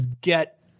get